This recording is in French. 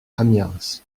amiens